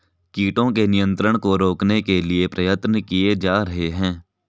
कीटों के नियंत्रण को रोकने के लिए प्रयत्न किये जा रहे हैं